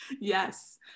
Yes